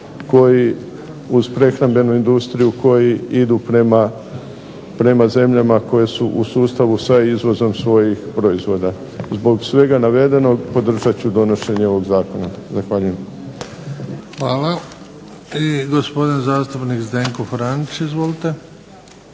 koji uz prehrambenu industriju koji idu prema zemljama koje su u sustavu sa izvozom svojih proizvoda. Zbog svega navedenog podržat ću donošenje ovog Zakona. Zahvaljujem. **Bebić, Luka (HDZ)** Hvala. I Gospodin zastupnik Zdenko Franić. Izvolite.